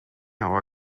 our